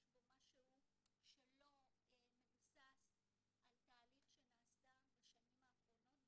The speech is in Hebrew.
יש בו משהו שלא מבוסס על תהליך שנעשה בשנים האחרונות,